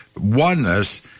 oneness